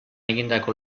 egindako